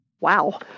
Wow